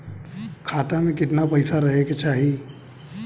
खाता में कितना पैसा रहे के चाही?